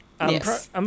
Yes